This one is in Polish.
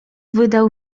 wydał